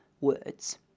words